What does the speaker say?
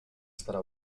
estarà